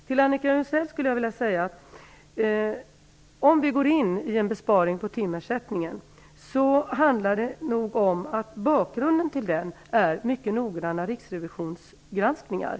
Till Annika Jonsell vill jag säga följande: Bakom förslaget om att göra en besparing på timersättningen ligger mycket noggranna riksrevisionsgranskningar.